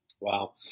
Wow